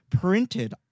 printed